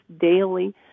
daily